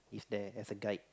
is there as a guide